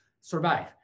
survive